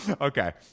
Okay